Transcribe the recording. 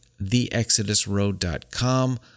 theexodusroad.com